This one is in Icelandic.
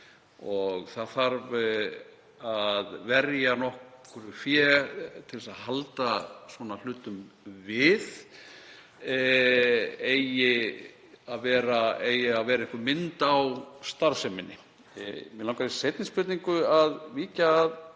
og það þarf að verja nokkru fé til að halda svona hlutum við, eigi að vera einhver mynd á starfseminni. Mig langar í seinni spurningu að víkja að